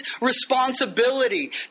responsibility